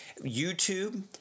YouTube